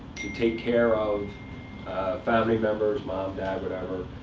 to take care of family members mom, dad, whatever.